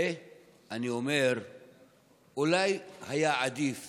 ואני אומר שאולי היה עדיף